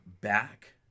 back